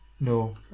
No